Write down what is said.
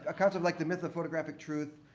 a concept like the myth of photographic truth.